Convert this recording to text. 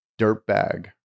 dirtbag